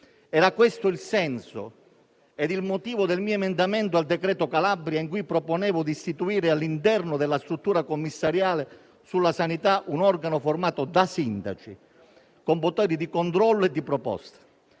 Era questo il senso ed il motivo del mio emendamento al cosiddetto decreto Calabria, in cui proponevo di istituire all'interno della struttura commissariale sulla sanità un organo formato da sindaci, con poteri di controllo e di proposta.